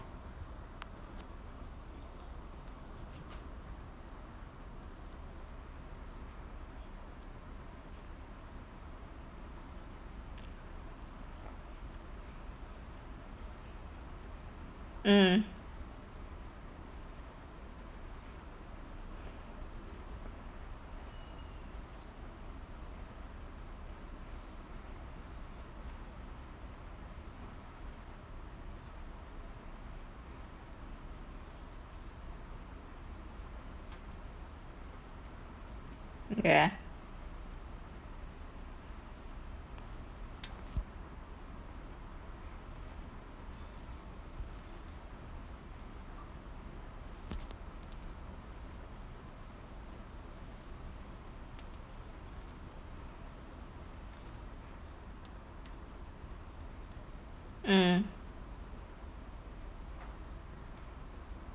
mm ya mm